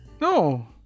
no